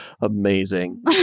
Amazing